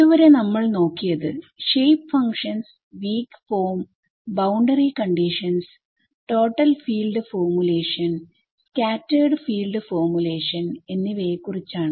ഇതുവരെ നമ്മൾ നോക്കിയത് shape functions weak form boundary conditions total field formulation scattered field formulation എന്നിവയെ കുറിച്ചാണ്